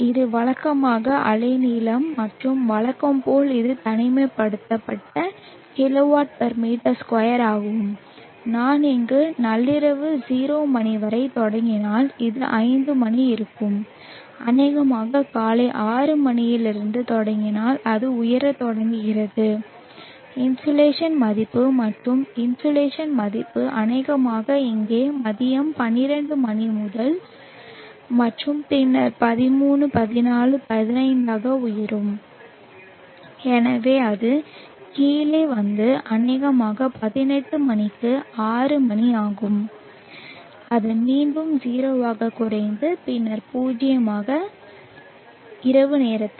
இது வழக்கமாக அலைநீளம் மற்றும் வழக்கம் போல் இது தனிமைப்படுத்தப்பட்ட kW m2 ஆகும் நான் இங்கு நள்ளிரவு 0 மணி வரை தொடங்கினால் இது 5 மணி இருக்கும் அநேகமாக காலை 6 மணியளவில் இருந்தால் அது உயரத் தொடங்குகிறது இன்சோலேஷன் மதிப்பு மற்றும் இன்சோலேஷன் மதிப்பு அநேகமாக இங்கே மதியம் 12 மணி மற்றும் பின்னர் 13 14 15 ஆக உயரும் எனவே அது கீழே வந்து அநேகமாக 18 மணிக்கு 6 மணி ஆகும் அது மீண்டும் 0 ஆக குறைந்து பின்னர் பூஜ்ஜியமாக இருக்கும் இரவு நேரத்தில்